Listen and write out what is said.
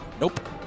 Nope